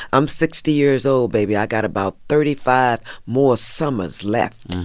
i'm sixty years old, baby. i got about thirty five more summers left.